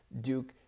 Duke